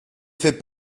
fait